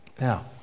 Now